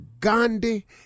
Gandhi